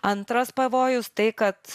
antras pavojus tai kad